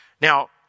Now